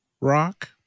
rock